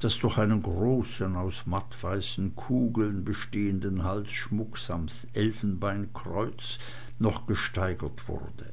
das durch einen großen aus mattweißen kugeln bestehenden halsschmuck samt elfenbeinkreuz noch gesteigert wurde